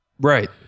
right